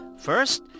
First